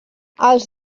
els